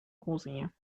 cozinha